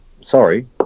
sorry